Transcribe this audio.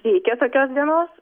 reikia tokios dienos